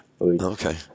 Okay